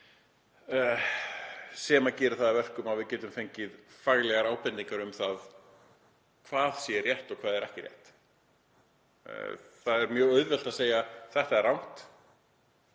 sem gerir það að verkum að við getum fengið faglegar ábendingar um það hvað sé rétt og hvað ekki. Það er mjög auðvelt að segja að þetta sé rangt